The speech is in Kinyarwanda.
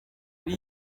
iri